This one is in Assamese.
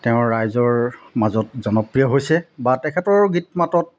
তেওঁৰ ৰাইজৰ মাজত জনপ্ৰিয় হৈছে বা তেখেতৰো গীত মাতত